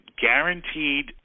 guaranteed